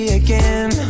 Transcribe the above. again